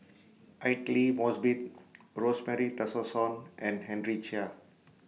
Aidli Mosbit Rosemary Tessensohn and Henry Chia